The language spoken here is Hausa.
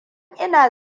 ina